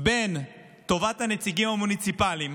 בין טובת הנציגים המוניציפליים